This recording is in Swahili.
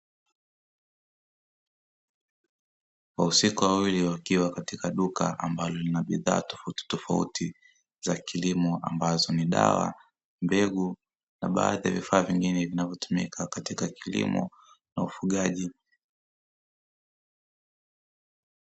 Wahusika wawili wakiwa katika duka ambalo lina bidhaa tofauti tofauti za kilimo ambazo ni dawa, mbegu na baadhi ya vifaa vingine vinavyotumika katika kilimo na ufugaji.